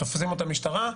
תופסים אותם משטרה,